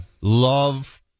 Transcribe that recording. love